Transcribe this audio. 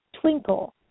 Twinkle